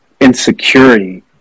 insecurity